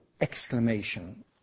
exclamation